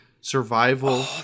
survival